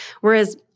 whereas